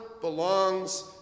belongs